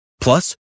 Plus